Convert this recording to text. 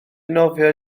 nofio